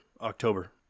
October